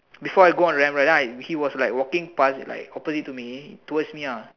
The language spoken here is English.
before I go on the ramp right then I he was like walking past like opposite to me towards me lah